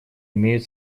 имеют